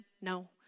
No